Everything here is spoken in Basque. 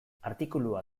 artikulua